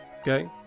okay